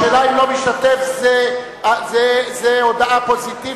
השאלה אם "לא משתתף" זה הודעה פוזיטיבית,